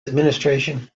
administration